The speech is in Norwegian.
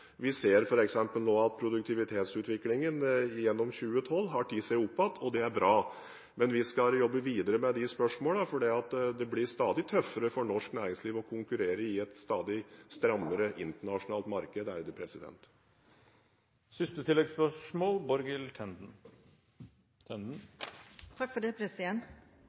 vi ser f.eks. nå at produktivitetsutviklingen gjennom 2012 har tatt seg opp igjen, og det er bra. Men vi skal jobbe videre med disse spørsmålene fordi det er blir stadig tøffere for norsk næringsliv å konkurrere i et stadig strammere internasjonalt marked. Borghild Tenden – til oppfølgingsspørsmål. Noe av det som er viktig for